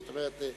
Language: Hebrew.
זאת אומרת: